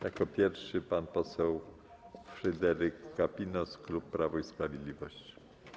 Jako pierwszy pan poseł Fryderyk Kapinos, klub Prawo i Sprawiedliwość.